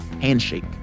handshake